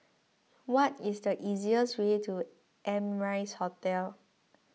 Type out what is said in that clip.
what is the easiest way to Amrise Hotel